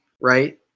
right